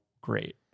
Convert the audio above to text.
great